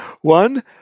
One